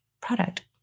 product